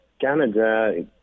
Canada